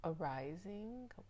arising